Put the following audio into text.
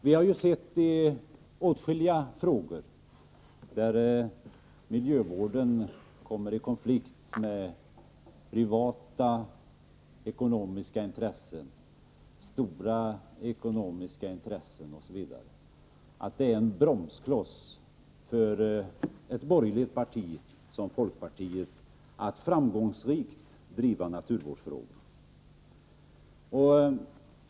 Vi har i åtskilliga frågor, där miljövården kommer i konflikt med stora privatekonomiska intressen, sett att det är en bromskloss för ett borgerligt parti som folkpartiet när det gäller att framgångsrikt driva naturvårdsfrågorna.